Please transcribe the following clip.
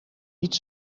niet